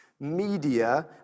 media